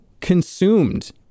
consumed